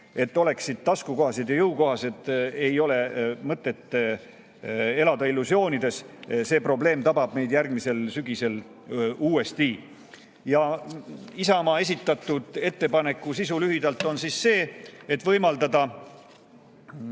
oleksid taskukohased ja jõukohased. Ei ole mõtet elada illusioonides, see probleem tabab meid järgmisel sügisel uuesti. Isamaa esitatud ettepaneku sisu lühidalt on see, et võimaldada